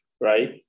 right